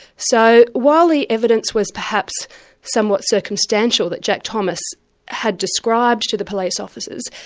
so while the evidence was perhaps somewhat circumstantial, that jack thomas had described to the police officers,